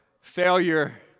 failure